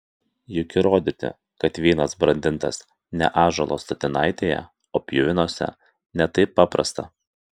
juk įrodyti kad vynas brandintas ne ąžuolo statinaitėje o pjuvenose ne taip paprasta